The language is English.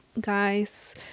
guys